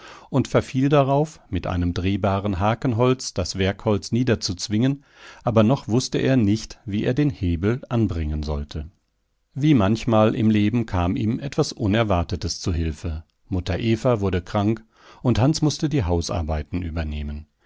und verfiel darauf mit einem drehbaren hakenholz das werkholz niederzuzwingen aber noch wußte er nicht wie er den hebel anbringen sollte wie manchmal im leben kam ihm etwas unerwartetes zu hilfe mutter eva wurde krank und hans mußte die hausarbeiten übernehmen